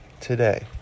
today